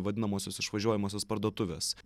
vadinamosios išvažiuojamosios parduotuvės